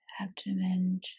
abdomen